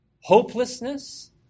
hopelessness